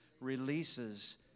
releases